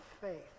faith